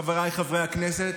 חבריי חברי הכנסת,